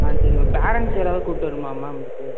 ஆ சரி ma'am parents யாராவது கூப்ட்டு வரணுமா மேம் இதுக்கு